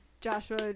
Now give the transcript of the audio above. Joshua